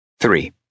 Three